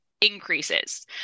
increases